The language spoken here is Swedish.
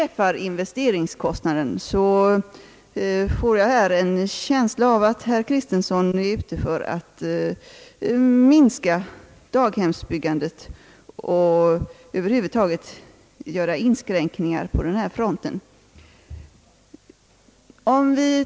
får jag en känsla av att herr Kristians son är ute efter att minska daghemsbyggandet och över huvud taget göra inskränkningar på den fronten.